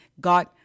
God